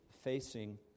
facing